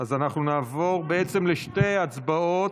אז נעבור בעצם לשתי הצבעות.